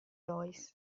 lois